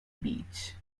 beach